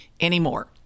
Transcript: anymore